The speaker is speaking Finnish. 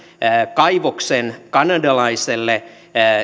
kaivoksen kanadalaiselle